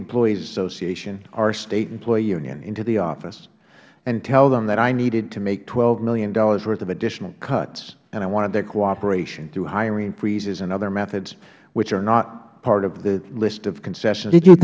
employees association our state employee union into the office and tell them that i needed to make twelve dollars million worth of additional cuts and i wanted their cooperation through hiring freezes and other methods which are not part of the list of concessions